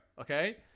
Okay